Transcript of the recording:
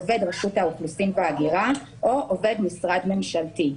עובד רשות האוכלוסין וההגירה או עובד משרד ממשלתי.